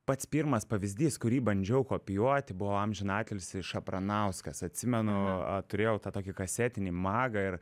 pats pirmas pavyzdys kurį bandžiau kopijuoti buvo amžiną atilsį šapranauskas atsimenu turėjau tą tokį kasetinį magą ir